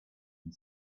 and